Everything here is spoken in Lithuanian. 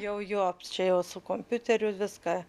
jau jo čia jau su kompiuteriu viską